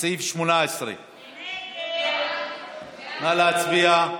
לסעיף 18. נא להצביע.